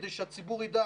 כדי שהציבור יידע.